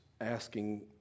asking